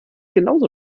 genauso